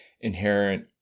inherent